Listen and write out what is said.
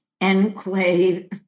enclave